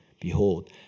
Behold